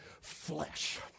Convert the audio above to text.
flesh